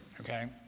Okay